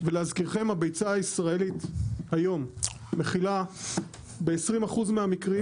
הביצה הישראלית מזוהמת בסלמונלה בכ-20% מהמקרים.